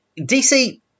DC